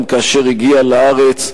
גם כאשר הגיע לארץ,